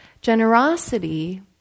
generosity